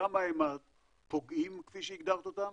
כמה הם הפוגעים, כפי שהגדרת אותם,